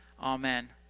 Amen